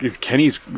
Kenny's